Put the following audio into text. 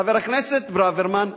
חבר הכנסת ברוורמן,